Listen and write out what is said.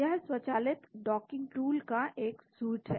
यह स्वचालित docking tool का एक सूट है